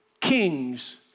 kings